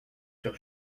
sur